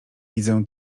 widzę